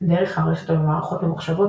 דרך הרשת ממערכות ממוחשבות,